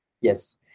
Yes